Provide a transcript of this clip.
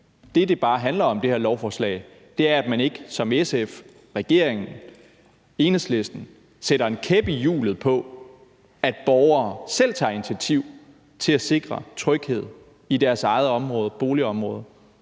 bare handler om, er, at man ikke som SF, regeringen og Enhedslisten sætter en kæp i hjulet på det, at borgere selv tager initiativ til at sikre tryghed i deres eget boligområde,